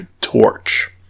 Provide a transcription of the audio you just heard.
Torch